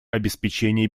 обеспечения